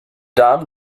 darm